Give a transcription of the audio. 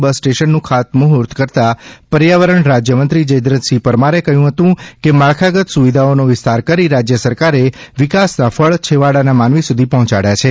બસસ્ટેન્ડનું ખાતમૂર્ણત કરતા પર્યાવરણ રાજ્યમંત્રી શ્રી જયદ્રથસિંહ પરમારે કહ્યું હતું કે માળખાગત સુવિધાઓનો વિસ્તાર કરી રાજ્ય સરકારે વિકાસ ફળ છેવાડાના માનવી સુધી પહોંચાડ્યા છે